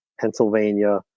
Pennsylvania